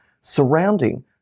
surrounding